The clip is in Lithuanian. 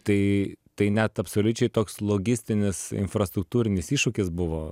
tai tai net absoliučiai toks logistinis infrastruktūrinis iššūkis buvo